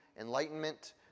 enlightenment